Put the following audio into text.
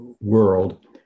world